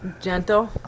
Gentle